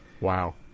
Wow